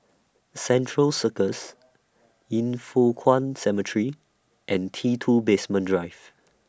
Central Circus Yin Foh Kuan Cemetery and T two Basement Drive